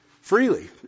freely